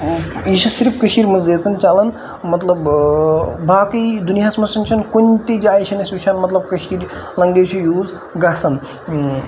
یہِ چھِ صرف کٔشیٖرِ منٛزٕے ییٲژَن چَلان مطلب باقٕے دُنیاہَس منٛز چھُنہٕ کُنہِ تہِ جاے چھَنہٕ أسۍ وٕچھان مطلب کٔشیٖرِ لنٛگویج چھِ یوٗز گژھان